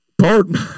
pardon